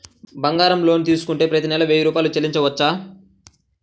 బంగారం లోన్ తీసుకుంటే ప్రతి నెల వెయ్యి రూపాయలు చెల్లించవచ్చా?